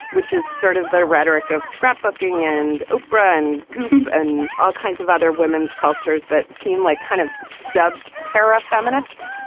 which is sort of the rhetoric of scrapbooking and oprah and goup and all kinds of other women's cultures that seem like kind of sub para feminist,